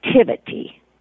activity